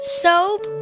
soap